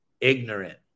ignorant